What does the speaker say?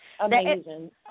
amazing